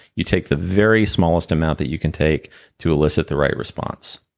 you take the very smallest amount that you can take to elicit the right response